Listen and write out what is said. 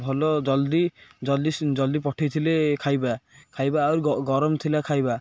ଭଲ ଜଲ୍ଦି ଜଲ୍ଦି ଜଲ୍ଦି ପଠାଇଥିଲେ ଖାଇବା ଖାଇବା ଆହୁରି ଗରମ ଥିଲା ଖାଇବା